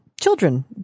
Children